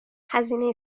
هزینه